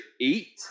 eat